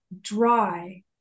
dry